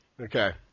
Okay